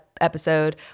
episode